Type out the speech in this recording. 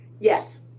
Yes